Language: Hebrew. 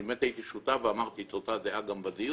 אני באמת הייתי שותף ואמרתי את אותה דעה גם בדיון,